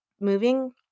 moving